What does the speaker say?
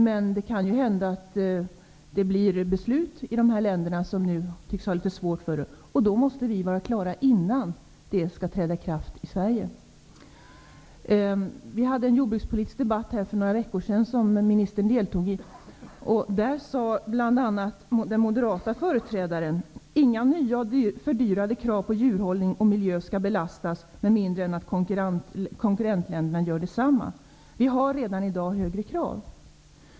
Men det kan ju hända att de länder som tycks ha litet svårt för det fattar beslut. Då måste vi vara klara innan EES-avtalet skall träda i kraft i Sverige. Vi hade en jordbrukspolitisk debatt här för några veckor sedan som ministern deltog i. Då sade den moderate företrädaren bl.a.: Inga nya och fördyrade krav på djurhållning och miljö skall belastas med mindre än att konkurrentländerna gör detsamma. Vi har redan i dag högre krav.